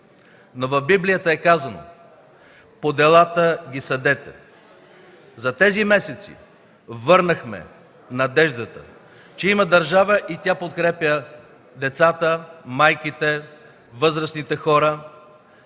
Но в Библията е казано: „По делата ги съдете!”. За тези месеци върнахме надеждата, че има държава и тя подкрепя децата, майките, възрастните хора,